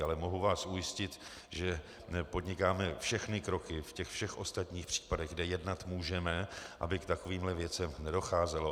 Ale mohu vás ujistit, že podnikáme všechny kroky ve všech ostatních případech, kde jednat můžeme, aby k takovýmhle věcem nedocházelo.